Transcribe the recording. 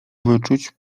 wyczuć